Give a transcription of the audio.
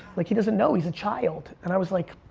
like he doesn't know, he's a child. and i was like,